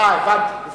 הבנתי.